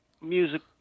music